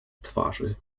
twarzy